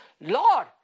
Lord